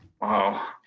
Wow